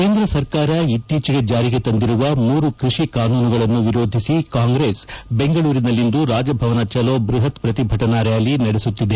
ಕೇಂದ್ರ ಸರ್ಕಾರ ಇತ್ತೀಚೆಗೆ ಜಾರಿಗೆ ತಂದಿರುವ ಮೂರು ಕೃಷಿ ಕಾನೂನುಗಳನ್ನು ವಿರೋಧಿಸಿ ಕಾಂಗ್ರೆಸ್ ಬೆಂಗಳೂರಿನಲ್ಲಿಂದು ರಾಜಭವನ ಚಲೋ ಬೃಹತ್ ಪ್ರತಿಭಟನಾ ರ್ಯಾಲಿ ನಡೆಸುತ್ತಿದೆ